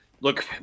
look